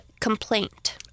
complaint